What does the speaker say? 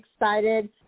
excited